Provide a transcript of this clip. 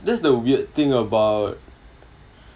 that's the weird thing about